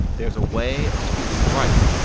there's a way of speaking right.